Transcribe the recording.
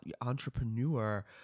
entrepreneur